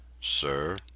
sir